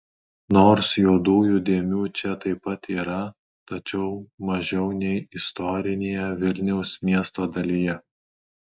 nors juodųjų dėmių čia taip pat yra tačiau mažiau nei istorinėje vilniaus miesto dalyje